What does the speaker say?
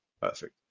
Perfect